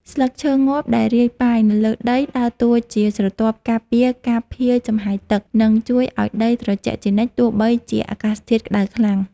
ស្លឹកឈើងាប់ដែលរាយប៉ាយនៅលើដីដើរតួជាស្រទាប់ការពារការភាយចំហាយទឹក និងជួយឱ្យដីត្រជាក់ជានិច្ចទោះបីជាអាកាសធាតុក្តៅខ្លាំង។